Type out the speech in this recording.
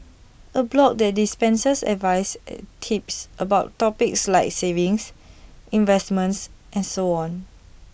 A blog that dispenses advice and tips about topics like savings investments and so on